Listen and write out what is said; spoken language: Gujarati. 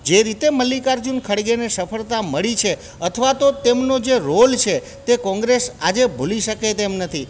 જે રીતે મલ્લિકાઅર્જુન ખળગેને સફળતા મળી છે અથવા તો તેમનો જે રોલ છે તે કોંગ્રેસ આજે ભૂલી શકે તેમ નથી